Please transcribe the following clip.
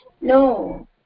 No